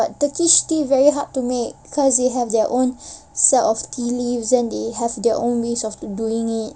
but turkish tea very hard to make cause they have their own set of tea leaves and they have their own ways of doing it